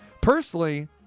Personally